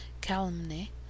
calumny